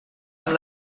amb